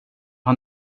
har